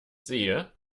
sehe